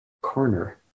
corner